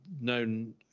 known